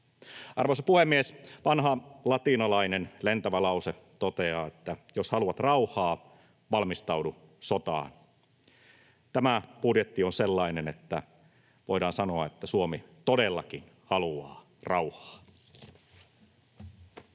Arvoisa puhemies! Vanha latinalainen lentävä lause toteaa: ”jos haluat rauhaa, valmistaudu sotaan”. Tämä budjetti on sellainen, että voidaan sanoa, että Suomi todellakin haluaa rauhaa.